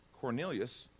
cornelius